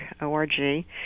O-R-G